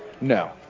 No